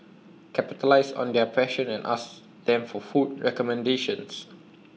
capitalise on their passion and ask them for food recommendations